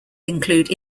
include